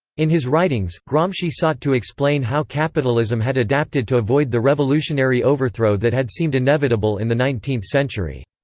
in his writings, gramsci sought to explain how capitalism had adapted to avoid the revolutionary overthrow that had seemed inevitable in the nineteenth century.